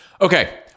Okay